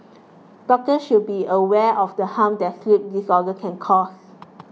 doctors should be aware of the harm that sleep disorders can cause